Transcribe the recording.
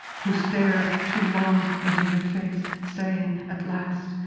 who stared too long into your face, saying at last,